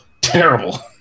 terrible